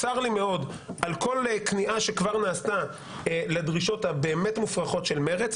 צר לי מאוד על כל כניעה שכבר נעשתה לדרישות הבאמת מופרכות של מרצ.